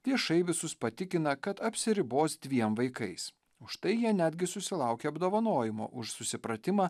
viešai visus patikina kad apsiribos dviem vaikais už tai jie netgi susilaukė apdovanojimo už susipratimą